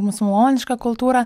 musulmonišką kultūrą